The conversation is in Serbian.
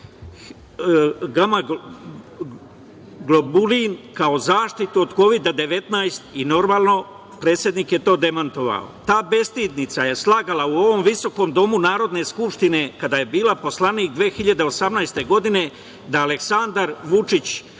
gamaglobulin, kao zaštitu od Kovid-19, i normalno, predsednik je to demantovao. Ta bestidinica je slagala u ovom visokom domu Narodne skupštine, kada je bila poslanik 2018. godine, da Aleksandar Vučić